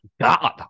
god